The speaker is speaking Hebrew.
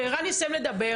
כשערן יסיים לדבר,